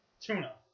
Tuna